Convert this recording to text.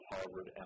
Harvard